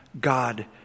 God